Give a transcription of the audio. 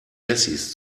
wessis